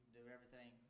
do-everything